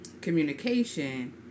communication